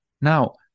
Now